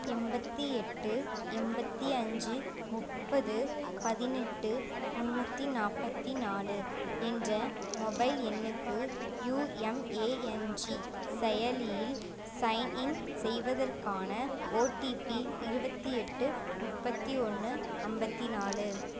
எண்பத்தி எட்டு எண்பத்தி அஞ்சு முப்பது பதினெட்டு முன்னூற்றி நாற்பத்தி நாலு என்ற மொபைல் எண்ணுக்கு யுஎம்ஏஎன்ஜி செயலியில் சைன்இன் செய்வதற்கான ஓடிபி இருபத்தி எட்டு முப்பத்தி ஒன்று அம்பத்தி நாலு